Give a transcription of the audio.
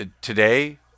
Today